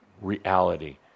reality